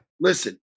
listen